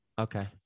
Okay